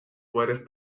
poderes